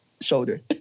shoulder